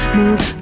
move